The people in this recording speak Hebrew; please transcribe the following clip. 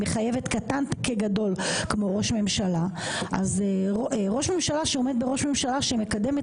מחייבת קטן כגדול כמו ראש ממשלה אז ראש ממשלה שעומד בראש ממשלה שמקדמת